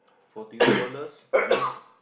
forty two dollars that means